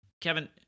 Kevin